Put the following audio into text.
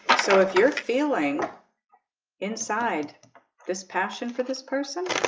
so if you're feeling inside this passion for this person.